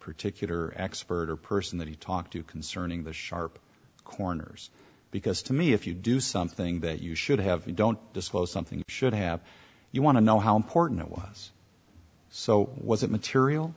particular expert or person that he talked to concerning the sharp corners because to me if you do something that you should have you don't disclose something you should have you want to know how important it was so was it material